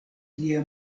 lia